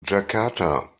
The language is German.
jakarta